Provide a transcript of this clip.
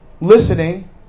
listening